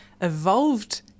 evolved